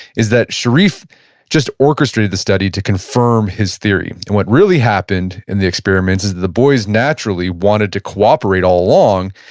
is that sherif just orchestrated the study to confirm his theory. and what really happened in the experiments is the the boys naturally wanted to cooperate all along,